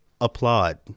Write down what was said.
applaud